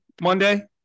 Monday